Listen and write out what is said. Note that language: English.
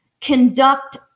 conduct